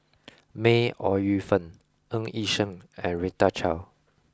May Ooi Yu Fen Ng Yi Sheng and Rita Chao